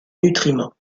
nutriments